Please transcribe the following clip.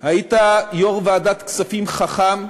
היית יושב-ראש ועדת כספים חכם,